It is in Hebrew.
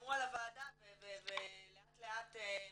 ששמעו על הוועדה לאט לאט פונים.